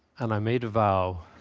and i made a vow.